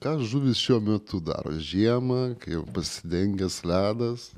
ką žuvys šiuo metu daro žiemą kai jau pasidengęs ledas